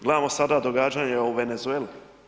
Gledamo sada događanja u Venezueli.